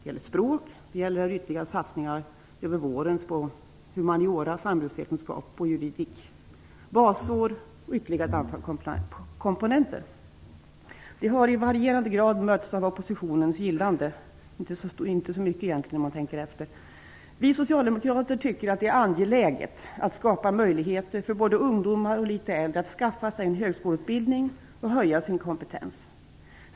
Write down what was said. Vidare gäller det språk, ytterligare satsning - utöver vårens - på utbildningsplatser inom humaniora, samhällsvetenskap och juridik, basår och ytterligare ett antal komponenter. Detta har i varierande grad mötts av oppositionens gillande, vilket egentligen inte har varit så stort om man tänker efter. Vi socialdemokrater tycker att det är angeläget att skapa möjligheter för både ungdomar och litet äldre att skaffa sig en högskoleutbildning och höja sin kompetens.